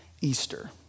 Easter